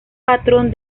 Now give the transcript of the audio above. patrón